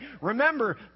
Remember